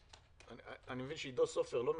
אני מבין שעידו סופר לא מחובר,